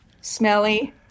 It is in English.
smelly